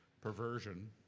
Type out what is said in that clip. perversion